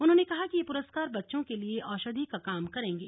उन्होंने कहा कि ये प्रस्कार बच्चों के लिए औषधि का काम करेंगे